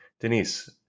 Denise